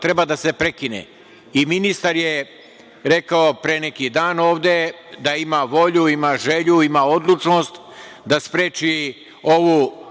treba da se prekine. Ministar je rekao pre neki dan ovde da ima volju, ima želju, ima odlučnost da spreči ovu